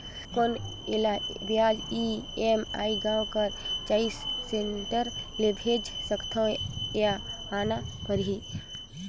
कौन एला ब्याज ई.एम.आई गांव कर चॉइस सेंटर ले भेज सकथव या आना परही?